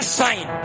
sign